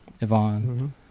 Yvonne